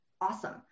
awesome